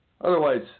Otherwise